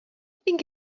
think